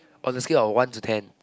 on a scale of one to ten